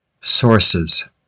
Sources